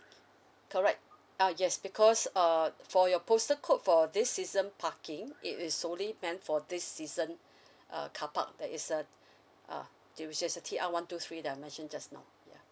correct uh yes because uh for your postal code for this season parking it is solely meant for this season uh carpark that is uh uh there was just a T R one two three that I mentioned just now ya